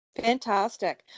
Fantastic